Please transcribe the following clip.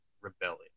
rebellion